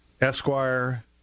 Esquire